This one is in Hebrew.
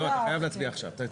לא, אתה חייב להצביע עכשיו.